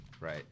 Right